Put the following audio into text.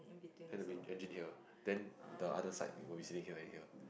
and the main engine here then the other side it will be sitting here and here